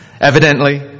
evidently